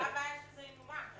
אז מה הבעיה שזה ינומק?